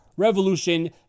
revolution